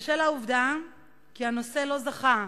הובאה לכנסת באמצעות חקיקה